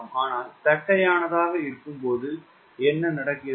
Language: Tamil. ஆனால் தட்டையானதாக இருக்கும் போது என்ன நடக்கிறது